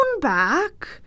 back